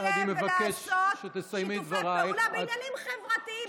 ולעשות שיתופי פעולה בעניינים חברתיים,